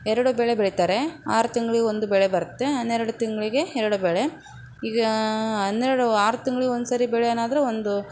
ಎರಡು ಬೆಳೆ ಬೆಳಿತಾರೆ ಆರು ತಿಂಗ್ಳಿಗೆ ಒಂದು ಬೆಳೆ ಬರುತ್ತೆ ಹನ್ನೆರಡು ತಿಂಗಳಿಗೆ ಎರಡು ಬೆಳೆ ಈಗ ಹನ್ನೆರಡು ಆರು ತಿಂಗ್ಳಿಗೆ ಒಂದು ಸಾರಿ ಬೆಳೆನಾದರೂ ಒಂದು